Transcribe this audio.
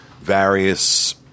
various